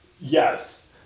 yes